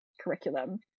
curriculum